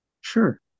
Sure